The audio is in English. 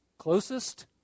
closest